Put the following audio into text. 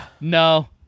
No